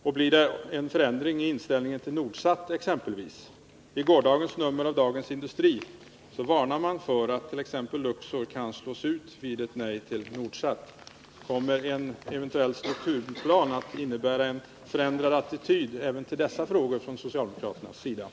Och blir det en förändring i inställningen till Nordsat? I gårdagens nummer av Dagens Industri varnade man för att t.ex. Luxor kan slås ut av ett nej till Nordsat. Kommer en eventuell strukturplan att innebära en förändrad attityd från socialdemokraterna även till dessa frågor?